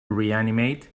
reanimate